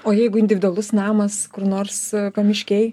o jeigu individualus namas kur nors pamiškėj